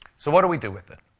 so what do we do with it?